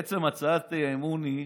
בעצם הצעת האי-אמון היא: